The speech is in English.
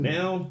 Now